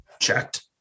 checked